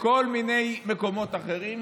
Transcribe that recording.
לכל מיני מקומות אחרים.